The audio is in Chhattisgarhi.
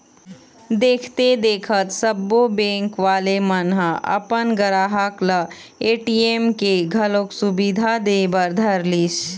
देखथे देखत सब्बो बेंक वाले मन ह अपन गराहक ल ए.टी.एम के घलोक सुबिधा दे बर धरलिस